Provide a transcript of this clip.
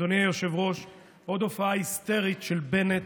אדוני היושב-ראש, עוד הופעה היסטרית של בנט,